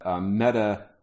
Meta